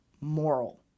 moral